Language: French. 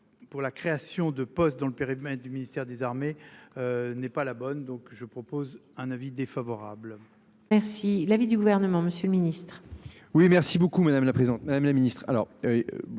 Pour la création de postes dans le périmètre du ministère des Armées. N'est pas la bonne, donc je propose un avis défavorable. Merci l'avis du gouvernement, Monsieur le Ministre. Oui merci beaucoup madame la présidente, madame la ministre,